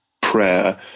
prayer